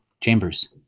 chambers